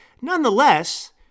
nonetheless